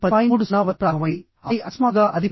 30 వద్ద ప్రారంభమైంది ఆపై అకస్మాత్తుగా అది 12